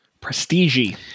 Prestige